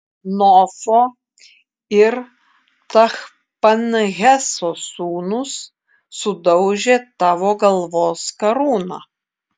nofo ir tachpanheso sūnūs sudaužė tavo galvos karūną